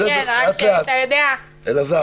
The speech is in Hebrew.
לאט לאט, אלעזר.